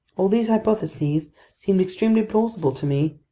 all these hypotheses seemed extremely plausible to me,